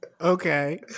Okay